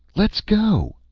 let's go!